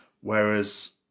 Whereas